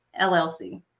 LLC